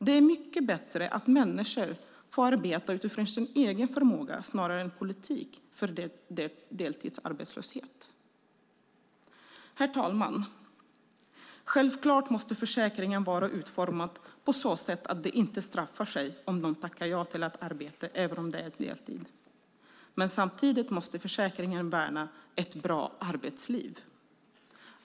Det är mycket bättre att människor får arbeta utifrån sin egen förmåga än utifrån en politik för deltidsarbetslöshet. Herr talman! Självfallet måste försäkringen vara utformad på så sätt att det inte straffar sig om man tackar ja till arbete även om det är på deltid, men samtidigt måste försäkringen värna ett bra arbetsliv.